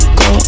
go